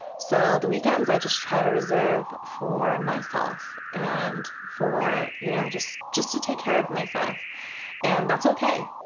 so the weekends i just try to reserve for myself and for you know, just just to take care of myself and that's okay.